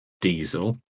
diesel